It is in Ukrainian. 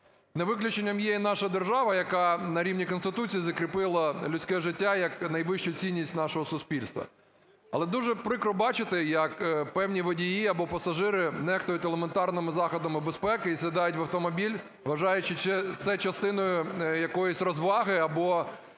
не виключенням є і наша держава, яка нарівні Конституції закріпила людське життя як найвищу цінність нашого суспільства. Але дуже прикро бачити, як певні водії або пасажири нехтують елементарними заходами безпеки і сідають в автомобіль, вважають це частиною якоїсь розваги або